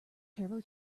turbo